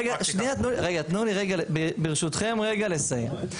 תנו לי רגע, ברשותכם, לסיים.